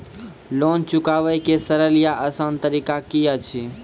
Loan चुकाबै के सरल या आसान तरीका की अछि?